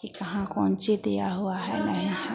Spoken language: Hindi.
कि कहाँ कौन चीज़ दिया हुआ है नहीं है